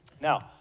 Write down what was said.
Now